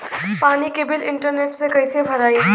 पानी के bill internet से कइसे भराई?